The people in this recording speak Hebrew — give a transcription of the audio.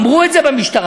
אמרו את זה במשטרה.